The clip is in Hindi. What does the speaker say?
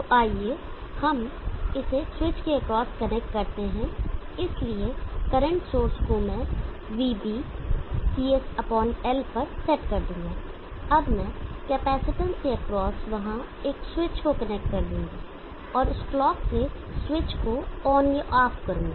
तो आइए हम इस स्विच के एक्रॉस कनेक्ट करते हैं इसलिए करंट सोर्स को मैं vB CSL पर सेट कर दूंगा अब मैं कैपेसिटेंस के एक्रॉस वहां एक स्विच को कनेक्ट कर लूंगा और उस क्लॉक से स्विच को ऑन या ऑफ करूंगा